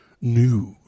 news